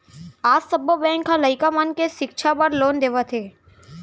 आज सब्बो बेंक ह लइका मन के सिक्छा बर लोन देवत हे